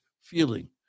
feeling